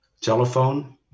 telephone